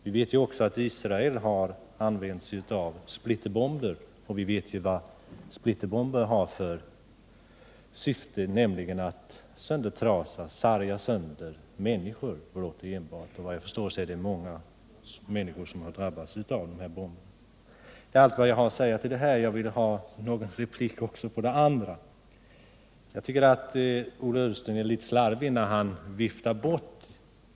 Vi vet att Israel har använt sig av splitterbomber, och vi vet vad de har för syfte, nämligen blott och bart att sarga sönder människor. Såvitt jag kan förstå är det många människor som skadats av bomberna. — Det är allt vad jag har att säga om svaret. Jag vill ha replik också på Ola Ullstens anförande i övrigt. Jag tycker att Ola Ullsten är litet slarvig när han viftar bort det jag har talat om.